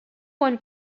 one